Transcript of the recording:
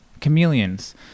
chameleons